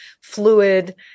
fluid